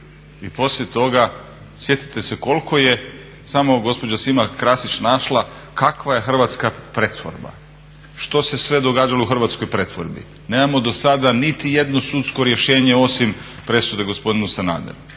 i poslije toga, sjetite se koliko je samo gospođa Šima Krašić našla kakva je hrvatska pretvorba, što se sve događalo u hrvatskoj pretvorbi. Nemamo do sada niti jedno sudsko rješenje osim presude gospodinu Sanaderu.